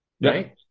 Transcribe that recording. right